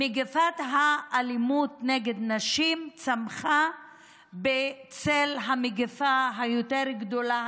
מגפת האלימות נגד נשים צמחה בצל המגפה היותר-גדולה,